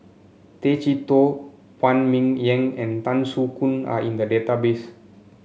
Tay Chee Toh Phan Ming Yen and Tan Soo Khoon are in the database